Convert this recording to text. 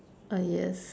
uh yes